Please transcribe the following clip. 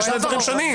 זה שני דברים שונים.